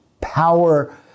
power